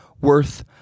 worth